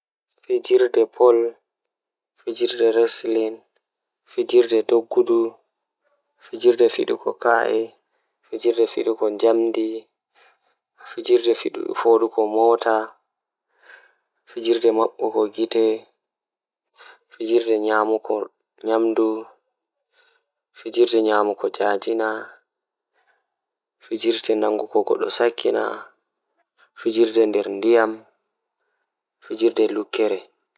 Taalel taalel jannata booyel, Woodi faaturu feere don dilla sei o hefti gel dande irin hundeeji be fawnata be mai be watta haa dande do sei o yaarani baba ladde ovi laaru komi hefti baba ladde man bo sei yahi sori haa lumo o waddini be seede man be sendi kal be mal.